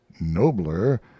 nobler